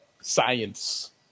science